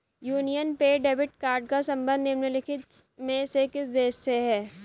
Union Pay debit card का संबंध निम्नलिखित में से किस देश से है?